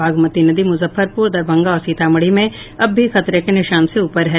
बागमती नदी मुजफ्फरपुर दरभंगा और सीतामढ़ी में अब भी खतरे के निशान से ऊपर है